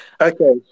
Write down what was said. okay